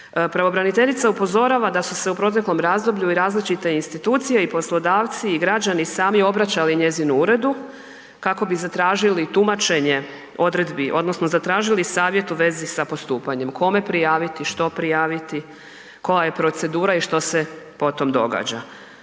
Pravobraniteljica upozorava da su u proteklom razdoblju i različite institucije i poslodavci i građani sami obraćali njezinu uredu kako bi zatražili tumačenje odredbi odnosno zatražili savjet u vezi sa postupanjem, kome prijaviti, što prijaviti, koja je procedura i što se potom događa,